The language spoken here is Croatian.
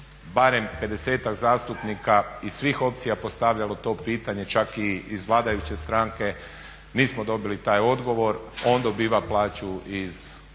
barem 50-ak zastupnika iz svih opcija postavljalo to pitanje, čak i iz vladajuće stranke. Nismo dobili taj odgovor. On dobiva plaću od onih